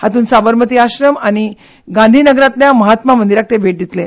हातूंत साबरमती आश्रम आनी गांधीनगरांतल्या महात्मा देवळाक भेट दिलते